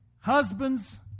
Husbands